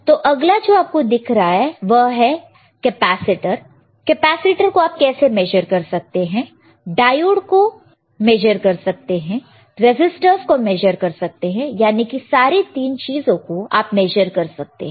तो अगला जो आपको दिख रहा है यहां पर आप कैपेसिटर को मेजर कर सकते हैं डायोड को मेजर कर सकते हैं रेसिस्टर्स को मेजर कर सकते हैं याने के सारे 3 चीजों को आप मेजर कर सकते हैं